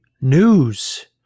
News